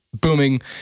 booming